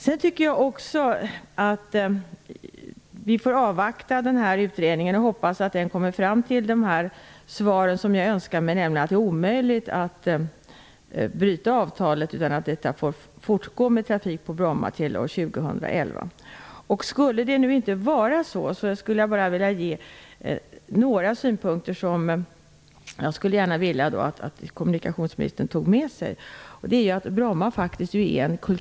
Jag tycker också att vi skall avvakta den här utredningen. Jag hoppas att den kommer fram till det som jag önskar, nämligen att det är omöjligt att bryta avtalet och att trafiken på Bromma flygplats får fortgå till år 2011. Om det inte skulle bli så skulle jag vilja att kommunikationsministern tog med sig några av mina synpunkter.